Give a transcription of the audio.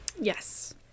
Yes